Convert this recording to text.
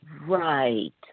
Right